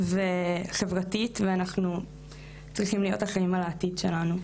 חברתית ואנחנו צריכים להיות אחראים על העתיד שלנו.